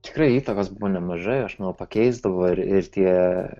tikrai įtakos buvo nemažai aš nu pakeisdavau ir tie